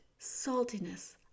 saltiness